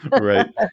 right